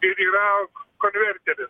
ir yra konverteris